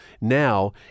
now